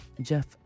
Jeff